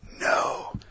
No